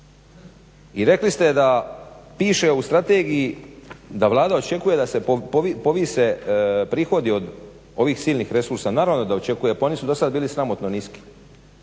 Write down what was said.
I rekli ste da piše u strategiji da Vlada očekuje da se povise prihodi od ovih silnih resursa. Naravno da očekuje, pa oni su do sad bili sramotno niski.